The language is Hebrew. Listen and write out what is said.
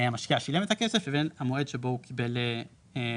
המשקיע שילם את הכסף לבין המועד שבו הוא קיבל את המניות.